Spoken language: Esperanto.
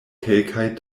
kelkaj